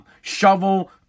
Shovel